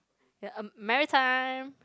um maritime